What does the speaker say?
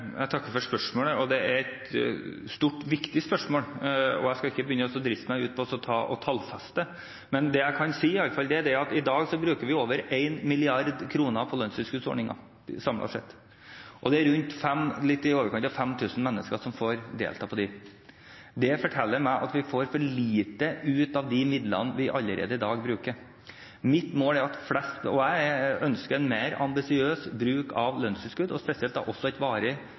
Jeg takker for spørsmålet. Det er et stort og viktig spørsmål, og jeg skal ikke begynne å driste meg til å tallfeste det. Men det jeg i hvert fall kan si, er at i dag bruker vi samlet over 1 mrd. kr på lønnstilskuddsordninger. Det er litt i overkant av 5 000 mennesker som får delta i dem. Det forteller meg at vi får for lite ut av de midlene vi allerede i dag bruker. Jeg ønsker en mer ambisiøs bruk av lønnstilskudd – spesielt også et varig lønnstilskudd – og håper også at vi kan få mer ut av det lønnstilskuddet enn det vi har